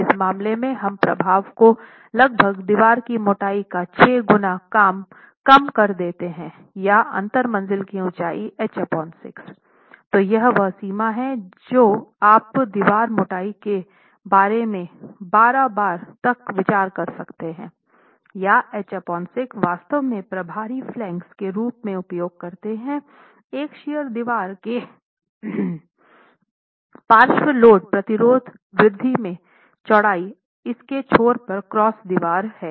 इस मामले में हम प्रभाव को लगभग दीवार की मोटाई का 6 गुना कम कर देते हैं या अंतर मंज़िल की ऊंचाई H 6 तो यह वह सीमा है जो आप दीवार मोटाई के बारे में 12 बार तक विचार कर सकते हैं या H 6 वास्तव में प्रभावी फ्लांगेस के रूप में उपयोग करते हैं एक शियर दीवार के पार्श्व लोड प्रतिरोध वृद्धि में चौड़ाई अगर इसके छोर पर क्रॉस दीवार है